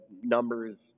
numbers